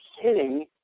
hitting